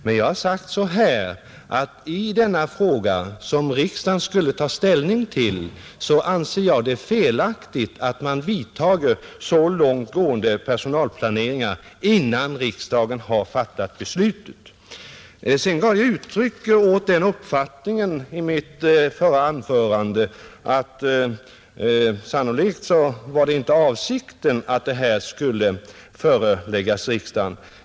Vad jag sagt är att jag i denna fråga, som riksdagen skall ta ställning till, anser det felaktigt att man genomför så långt gående personalplaneringar innan riksdagen har fattat beslutet. Jag gav också i mitt förra anförande uttryck för den uppfattningen att det sannolikt var avsikten att det här skulle föreläggas riksdagen.